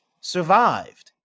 survived